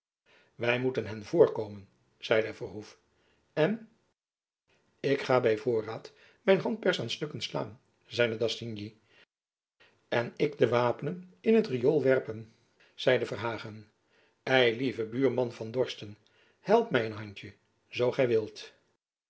wy moeten hen voorkomen zeide verhoef en ik ga by voorraad mijn handpers aan stukken slaan zeide d'assigny en ik de wapenen in het rioel werpen zeide verhagen eilieve buurman van dorsten help my een handtjen zoo gy wilt